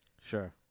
sure